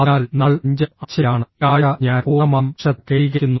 അതിനാൽ നമ്മൾ അഞ്ചാം ആഴ്ചയിലാണ് ഈ ആഴ്ച ഞാൻ പൂർണ്ണമായും ശ്രദ്ധ കേന്ദ്രീകരിക്കുന്നു